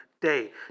day